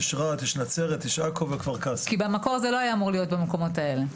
כי במקור זה לא היה אמור להיות במקומות האלה.